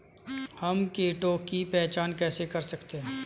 हम कीटों की पहचान कैसे कर सकते हैं?